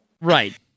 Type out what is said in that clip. Right